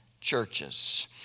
churches